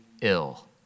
ill